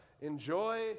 enjoy